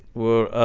we're, ah,